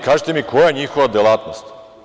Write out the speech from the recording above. Kažite mi, koja je njihova delatnost?